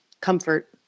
comfort